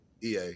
EA